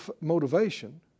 motivation